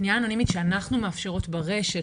הפנייה האנונימית שאנחנו מאפשרות ברשת,